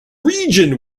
region